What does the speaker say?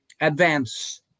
advance